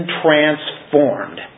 transformed